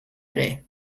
ere